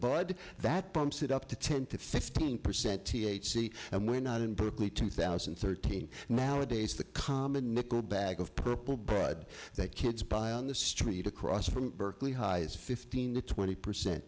bud that bumps it up to ten to fifteen percent t h c and we're not in berkeley two thousand and thirteen nowadays the common nickel bag of purple bread that kids buy on the street across from berkeley highs fifteen to twenty percent